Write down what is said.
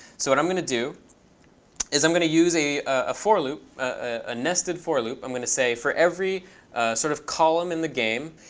so what i'm going to do is i'm going to use a ah for loop, a nested for loop. i'm going to say for every sort of column in the game.